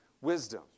wisdom